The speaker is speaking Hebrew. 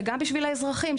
גם בשביל האזרחים,